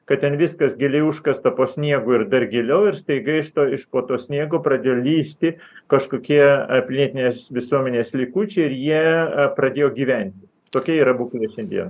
kad ten viskas giliai užkasta po sniegu ir dar giliau ir staiga iš to iš po to sniego pradėjo lįsti kažkokie pilietinės visuomenės likučiai ir jie pradėjo gyventi tokia yra būklė šiandieną